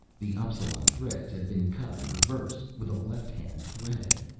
the appsalan threads had been cut in reverse, with a lefthand thread.